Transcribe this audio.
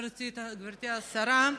גברתי השרה,